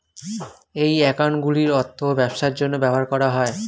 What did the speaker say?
এই অ্যাকাউন্টগুলির অর্থ ব্যবসার জন্য ব্যবহার করা হয়